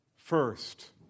First